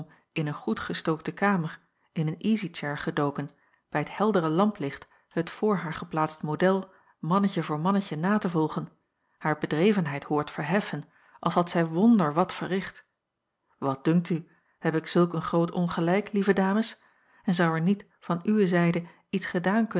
in een goed gestookte kamer in een easy chair gedoken bij t heldere lamplicht het voor haar geplaatst model mannetje voor mannetje na te volgen haar bedrevenheid hoort verheffen als had zij wonder wat verricht wat dunkt u heb ik zulk een groot ongelijk lieve dames en zou er niet van uwe zijde iets gedaan